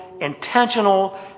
intentional